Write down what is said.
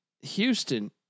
Houston